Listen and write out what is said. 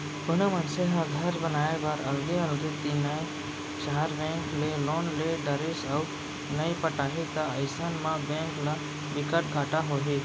कोनो मनसे ह घर बनाए बर अलगे अलगे तीनए चार बेंक ले लोन ले डरिस अउ नइ पटाही त अइसन म बेंक ल बिकट घाटा होही